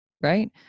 right